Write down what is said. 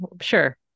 sure